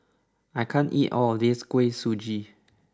I can't eat all of this Kuih Suji